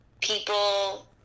people